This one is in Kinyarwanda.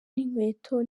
n’inkweto